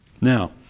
Now